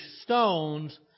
stones